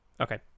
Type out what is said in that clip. okay